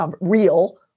real